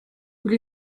will